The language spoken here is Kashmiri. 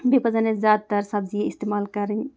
بیٚیہِ پَزِ اَسہِ زیادٕ تَر سبزِیہِ استعمال کَرٕنۍ